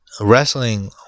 wrestling